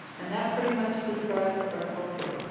and that's pretty much describes article three.